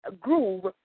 groove